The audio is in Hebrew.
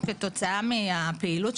קודם כל תודה רבה על הקיצור.